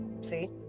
see